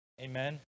Amen